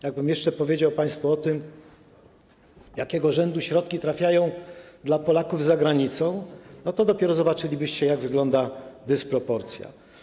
Jak bym jeszcze powiedział państwu o tym, jakiego rzędu środki trafiają do Polaków za granicą, to dopiero zobaczylibyście, jaka jest dysproporcja.